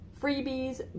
freebies